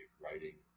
writing